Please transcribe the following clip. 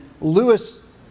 Lewis